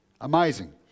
Amazing